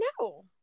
no